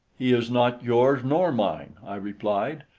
he is not yours nor mine, i replied,